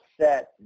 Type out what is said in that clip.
set